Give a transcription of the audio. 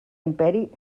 imperi